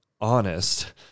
honest